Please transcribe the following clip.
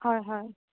হয় হয়